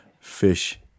fish